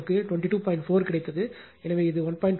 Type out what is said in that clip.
4 கிடைத்தது எனவே இது 1